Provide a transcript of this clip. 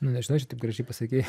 nu nežinau čia taip gražiai pasakei